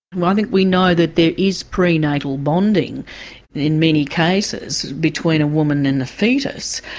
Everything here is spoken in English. i think we know that there is pre-natal bonding in many cases between a woman and a foetus.